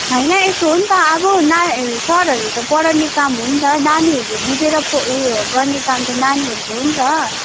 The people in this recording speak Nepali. होइन यस्तो हो नि त अब न सरहरूले त पढाउने काम हो नि त नानीहरूले बुझेर पो उयो गर्ने काम त नानीहरूको हो नि त